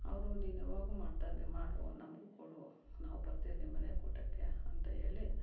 ಅವರು ನೀನು ಯಾವಾಗೂ ಮಾಡ್ತಾಂಗೆ ಮಾಡು ನಮಗು ಕೊಡು ನಾವು ಬರ್ತೀವಿ ನಿಮ್ಮ ಮನೆಗೆ ಊಟಕ್ಕೆ ಅಂತ ಹೇಳಿ